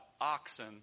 oxen